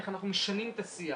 איך אנחנו משנים את השיח,